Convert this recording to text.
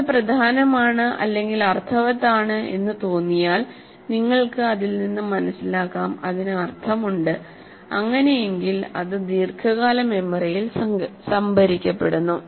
അത് പ്രധാനമാണ് അല്ലെങ്കിൽ അർത്ഥവത്താണ് എന്ന് തോന്നിയാൽ നിങ്ങൾക്ക് അതിൽ നിന്ന് മനസിലാക്കാം അതിന് അർത്ഥമുണ്ട്അങ്ങിനെയെങ്കിൽ അത് ദീർഘകാല മെമ്മറിയിൽ സംഭരിക്കപ്പെടുന്നു